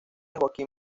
joaquín